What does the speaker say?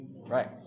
Right